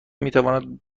میتواند